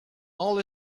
all